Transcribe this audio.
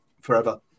forever